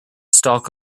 stalk